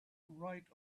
right